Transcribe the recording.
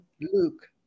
Luke